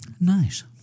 Nice